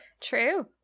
true